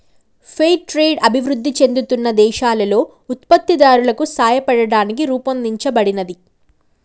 fair trade అభివృద్ధి చెందుతున్న దేశాలలో ఉత్పత్తిదారులకు సాయపడటానికి రూపొందించబడినది